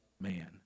man